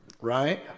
Right